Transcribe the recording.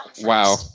Wow